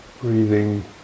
breathing